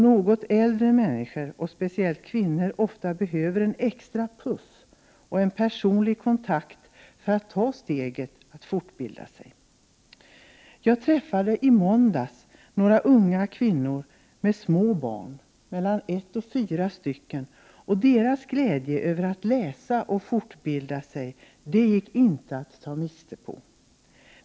Något äldre människor och speciellt kvinnor behöver ofta en extra puff och personliga kontakter för att ta steget att fortbilda sig. Jag träffade i måndags några unga kvinnor med mellan ett och fyra små barn. Deras glädje över att få läsa och fortbilda sig gick inte att ta miste på.